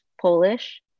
Polish